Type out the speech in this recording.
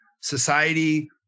society